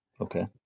Okay